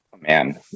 man